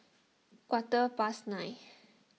quarter past nine